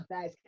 guys